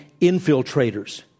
infiltrators